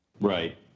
Right